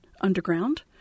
underground